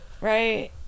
right